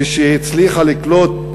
ושהצליחה לקלוט,